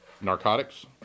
narcotics